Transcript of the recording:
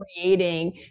creating